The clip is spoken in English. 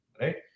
Right